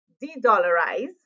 de-dollarize